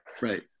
Right